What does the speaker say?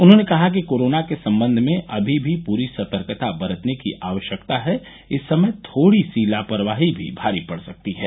उन्होंने कहा कि कोरोना के संबंध में अभी भी पूरी सतर्कता बरतने की आवश्यकता हैं इस समय थोड़ी सी लापरवाही भी भारी पड़ सकती है